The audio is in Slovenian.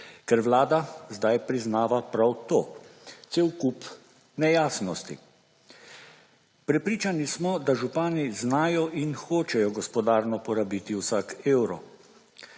ker Vlada sedaj priznava prav to, cel kup nejasnosti. Prepričani smo, da župani znajo in hočejo gospodarno porabiti vsak evro.